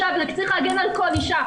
וצריך להגן על כל אישה.